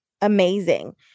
Amazing